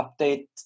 update